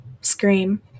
scream